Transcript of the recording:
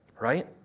right